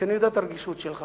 כי אני יודע את הרגישות שלך.